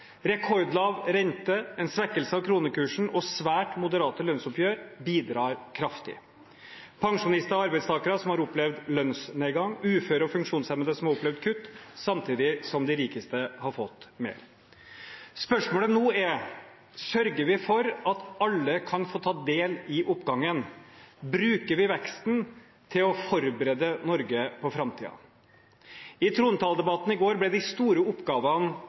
Rekordlav rente, en svekkelse av kronekursen og svært moderate lønnsoppgjør bidrar kraftig. Pensjonister og arbeidstakere har opplevd lønnsnedgang, uføre og funksjonshemmede har opplevd kutt, samtidig som de rikeste har fått mer. Spørsmålet nå er: Sørger vi for at alle kan få ta del i oppgangen? Bruker vi veksten til å forberede Norge på framtiden? I trontaledebatten i går ble de store oppgavene